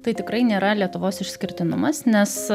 tai tikrai nėra lietuvos išskirtinumas nes